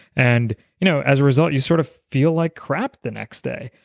and you know as a result, you sort of feel like crap the next day.